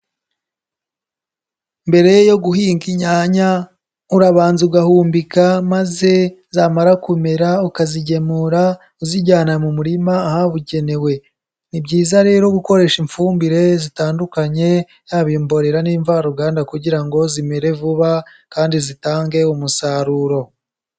Mbere yo guhinga inyanya urabanza ugahumbika maze zamara kumera ukazigemura uzijyana mu murima ahabugenewe, ni byiza rero gukoresha ifumbire zitandukanye haba imborera n'imvaruganda kugira ngo zimere vuba kandi zitange umusaruro.